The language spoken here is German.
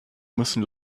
müssen